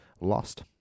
Lost